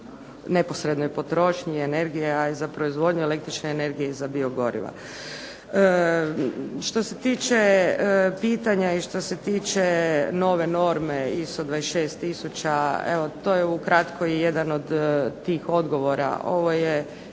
neposrednoj potrošnji energije, a za proizvodnju električne energije i za biogoriva. Što se tiče pitanja i što se tiče nove norme ISO 26000 evo to je ukratko i jedan od tih odgovora. Ovo je